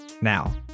Now